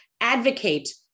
advocate